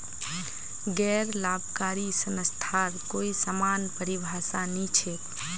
गैर लाभकारी संस्थार कोई समान परिभाषा नी छेक